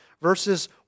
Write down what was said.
verses